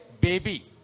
baby